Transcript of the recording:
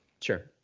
Sure